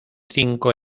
cinco